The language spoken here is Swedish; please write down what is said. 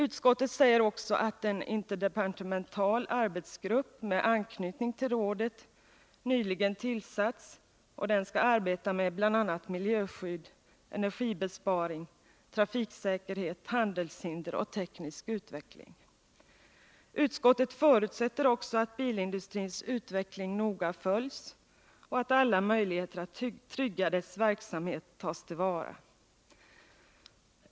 Utskottet säger också att en interdepartemental arbetsgrupp med anknytning till rådet nyligen tillsatts som skall arbeta med bl.a. miljöskydd, energibesparing, trafiksäkerhet, handelshinder och teknisk utveckling. Utskottet förutsätter också att bilindustrins utveckling noga följs och att alla möjligheter att trygga dess verksamhet tas till vara.